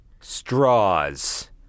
Straws